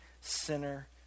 sinner